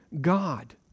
God